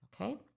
Okay